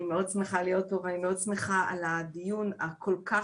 אני מאוד שמחה להיות פה ואני מאוד שמחה על הדיון הכל כך